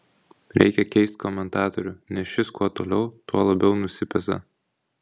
reikia keist komentatorių nes šis kuo toliau tuo labiau nusipeza